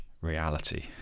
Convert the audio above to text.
reality